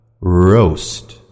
roast